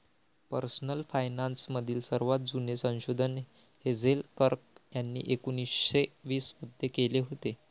personal finance मधील सर्वात जुने संशोधन हेझेल कर्क यांनी एकोन्निस्से वीस मध्ये केले होते